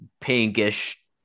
pinkish